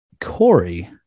Corey